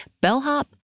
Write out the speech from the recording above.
bellhop